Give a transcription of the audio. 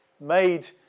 made